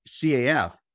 CAF